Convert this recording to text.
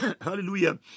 Hallelujah